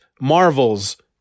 Marvel's